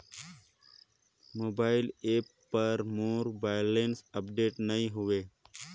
mobile app पर मोर balance update नई हवे